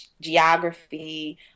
geography